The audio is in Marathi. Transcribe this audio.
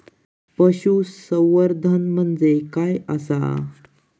पशुसंवर्धन म्हणजे काय आसा?